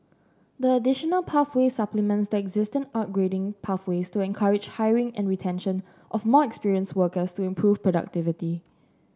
the additional pathway supplements the existing upgrading pathways to encourage hiring and retention of more experienced workers to improve productivity